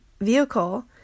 vehicle